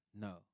no